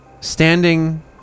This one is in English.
standing